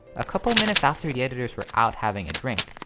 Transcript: a couple minutes after the editors were out having a drink,